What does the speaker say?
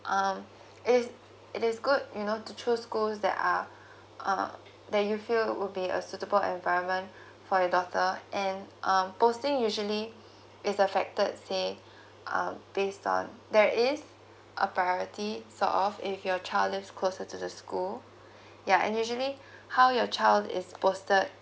um it's it is good you know to choose schools that are uh that you feel will be a suitable environment for your daughter and um posting usually is affected say uh based on there is a priority sort of if your child live closer to the school yeah and usually how your child is posted